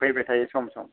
फैबाय थायो सम सम